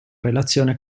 relazione